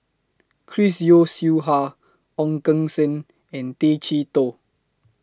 Chris Yeo Siew Hua Ong Keng Sen and Tay Chee Toh